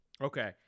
okay